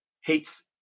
hates